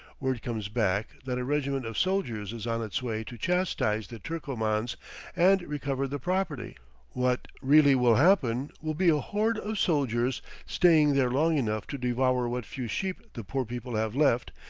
word comes back that a regiment of soldiers is on its way to chastise the turcomans and recover the property what really will happen, will be a horde of soldiers staying there long enough to devour what few sheep the poor people have left,